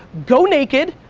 go naked,